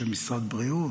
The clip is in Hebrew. של משרד הבריאות,